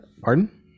pardon